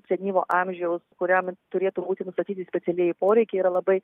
senyvo amžiaus kuriam turėtų būti nustatyti specialieji poreikiai yra labai